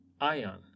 ion